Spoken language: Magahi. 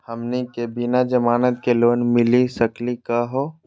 हमनी के बिना जमानत के लोन मिली सकली क हो?